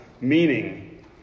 meaning